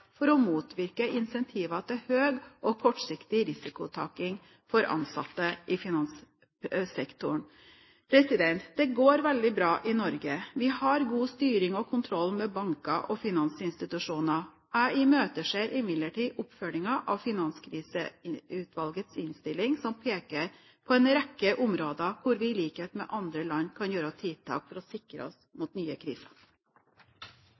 for å motvirke incentiver til høy og kortsiktig risikotaking for ansatte i finanssektoren. Det går veldig bra i Norge. Vi har god styring og kontroll med banker og finansinstitusjoner. Jeg imøteser imidlertid oppfølgingen av Finanskriseutvalgets innstilling, der det pekes på en rekke områder hvor vi, i likhet med andre land, kan gjøre tiltak for å sikre oss